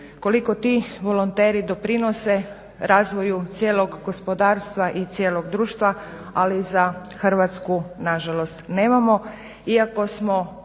koliko ti volonteri doprinose razvoju cijelog gospodarstva i cijelog društva ali za Hrvatsku nažalost nemamo.